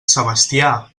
sebastià